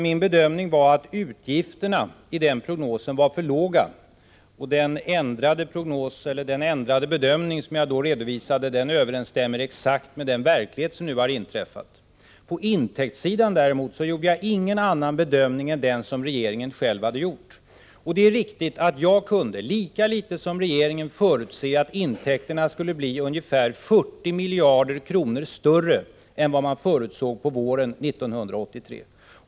Min bedömning var att utgifterna i den prognosen var för låga, och den ändrade bedömning som jag då redovisade överenstämmer exakt med det som nu inträffat i verkligheten. På intäktssidan gjorde jag däremot ingen annan bedömning än den som regeringen själv hade gjort. Det är riktigt att jag lika litet som regeringen kunde förutse att intäkterna skulle bli ungefär 40 miljarder kronor större än vad man förutsåg på våren 1983.